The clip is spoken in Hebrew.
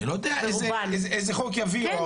אני לא יודע איזה חוק יביאו.